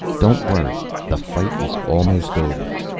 don't worry. the fight is almost over.